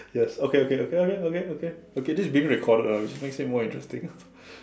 yes okay okay okay okay okay okay okay okay this is being recorded ah which makes it more interesting ah